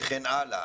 וכן הלאה.